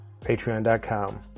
Patreon.com